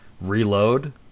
reload